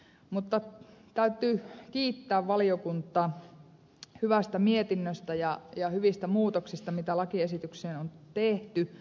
mutta täytyy kiittää valiokuntaa hyvästä mietinnöstä ja hyvistä muutoksista joita lakiesitykseen on tehty